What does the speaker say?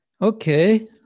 Okay